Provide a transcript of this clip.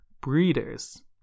breeders